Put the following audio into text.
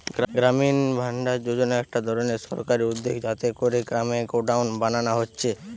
গ্রামীণ ভাণ্ডার যোজনা একটা ধরণের সরকারি উদ্যগ যাতে কোরে গ্রামে গোডাউন বানানা হচ্ছে